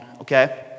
okay